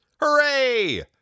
Hooray